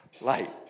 light